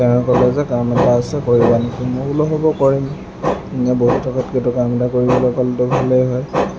তেওঁ ক'লে যে কাম এটা আছে কৰিবা নেকি মই বোলো হ'ব কৰিম এনেই বহি থকাতকৈতো কাম এটা কৰিবলৈ পালেতো ভালেই হয়